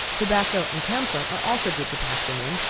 tobacco and camphor are also good to pack them in,